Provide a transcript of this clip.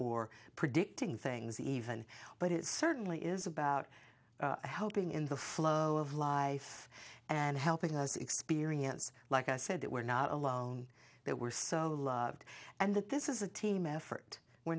or predicting things even but it certainly is about helping in the flow of life and helping us to experience like i said that we're not alone there were so loved and that this is a team effort we're